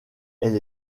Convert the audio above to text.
elle